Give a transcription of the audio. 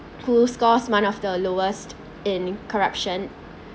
who scores one of the lowest in corruption